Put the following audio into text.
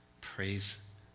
Praise